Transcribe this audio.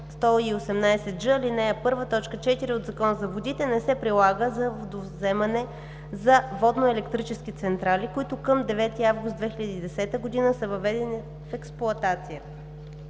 118ж, ал. 1, т. 4 от Закона за водите не се прилага за водовземане за водноелектрически централи, които към 9 август 2010 г. са въведени в експлоатация.“